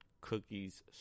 cookies